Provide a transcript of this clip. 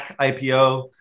IPO